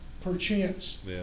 Perchance